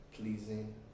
pleasing